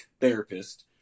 therapist